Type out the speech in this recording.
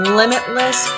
limitless